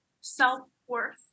self-worth